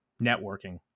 networking